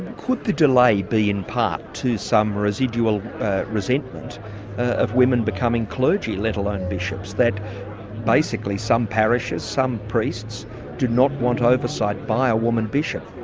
could the delay be in part to some residual resentment of women becoming clergy let alone bishops? that basically some parishes, some priests do not want oversight by a woman bishop?